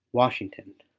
washington,